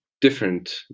different